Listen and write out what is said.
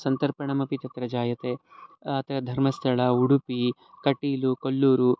सन्तर्पणामपि तत्र जायते अत धर्मस्थलम् उडुपि कटीलु कोल्लूरु